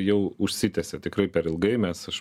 jau užsitęsė tikrai per ilgai mes aš